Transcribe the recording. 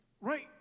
Right